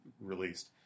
released